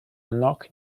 unlock